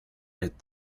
hit